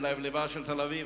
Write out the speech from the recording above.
בלב-לבה של תל-אביב,